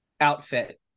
outfit